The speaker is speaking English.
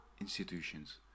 institutions